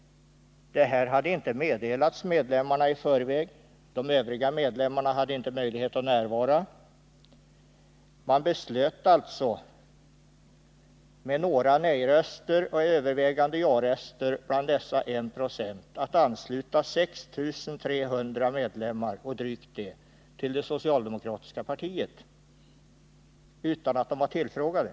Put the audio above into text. Saken hade inte meddelats medlemmarna i förväg. De övriga Nr 28 medlemmarna hade inte möjlighet att närvara. Man beslöt alltså med några Onsdagen den nejröster och övervägande jaröster bland dessa som utgjorde 1 96 att ansluta 14 november 1979 drygt 6 300 medlemmar till det socialdemokratiska partiet — utan att de var tillfrågade.